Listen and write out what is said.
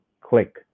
click